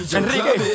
Enrique